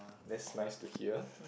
that's nice to hear